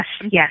yes